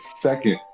second